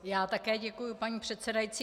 Já také děkuji, paní předsedající.